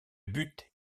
but